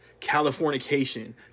Californication